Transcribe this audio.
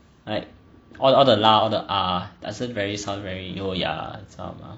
like all all the lah all the ah doesn't very sound very 优雅 sound ma